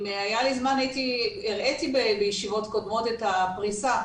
אם היה לי זמן, והראיתי בישיבות קודמות את הפריסה.